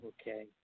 Okay